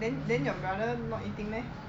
then then your brother not eating meh